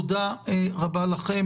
תודה רבה לכם,